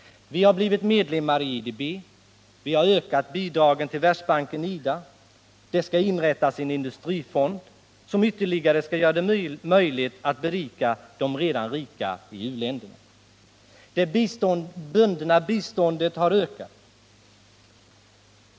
Vi har blivit medlemmar i IDB. Vi har ökat bidragen till Världsbanken/IDA. Det skall inrättas en industrifond, som skall göra det möjligt att ytterligare berika de redan rika i u-länderna. Det bundna biståndet har ökats.